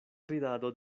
ridado